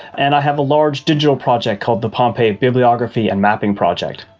and i have a large digital project called the pompeii bibliography and mapping project.